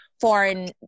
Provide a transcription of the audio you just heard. foreign